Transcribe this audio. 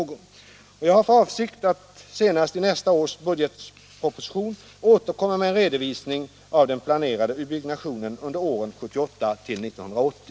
barnomsorgen Jag har för avsikt att senast i nästa års budgetproposition återkomma med en redovisning av den planerade byggnationen under åren 1978 till 1980.